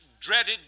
dreaded